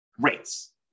rates